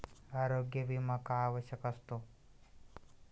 आरोग्य विमा का आवश्यक असतो?